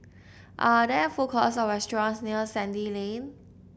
are there food courts or restaurants near Sandy Lane